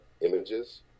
images